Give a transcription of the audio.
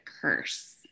curse